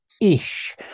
ish